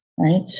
Right